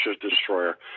Destroyer